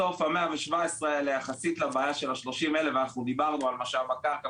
בסוף ה-117 האלה יחסית לבעיה של ה-30,000 ואנחנו דיברנו על משאב הקרקע